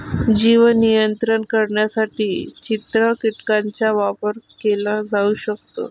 जीव नियंत्रित करण्यासाठी चित्र कीटकांचा वापर केला जाऊ शकतो